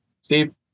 Steve